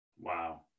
Wow